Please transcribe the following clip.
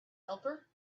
helper